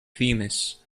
themis